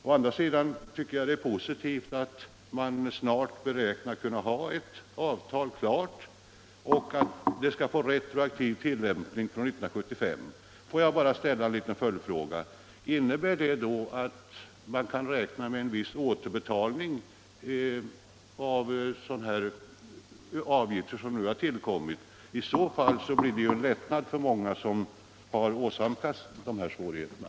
Å andra sidan tycker jag att det är positivt att man beräknar att snart kunna ha ett avtal klart och att det skall få retroaktiv tillämpning från den 1 januari 1975. Får jag bara ställa en liten följdfråga: Innebär det att man kan räkna med en viss återbetalning av vad som nu har uttagits? I så fall blir det en lättnad för många, som har åsamkats de här svårigheterna.